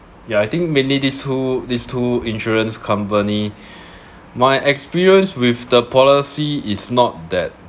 ya I think mainly these two these two insurance company my experience with the policy is not that